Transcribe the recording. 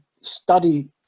study